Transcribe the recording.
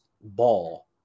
ball